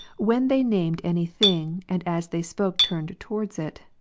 when they named any thing, and as they spoke turned towards it,